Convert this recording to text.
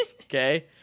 okay